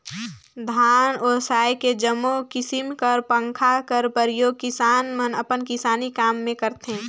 धान ओसाए के जम्मो किसिम कर पंखा कर परियोग किसान मन अपन किसानी काम मे करथे